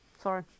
Sorry